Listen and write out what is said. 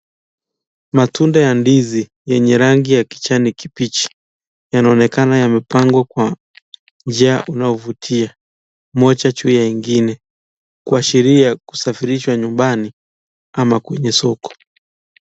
Matunda ya ndizi yenye rangi ya kijani kibichi, yanaonekana yamepangwa kwa njia inayovutia, moja juu ya ingine. Kuashiria kusafirishwa nyumbani ama kwenye soko.